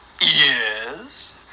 Yes